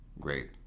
great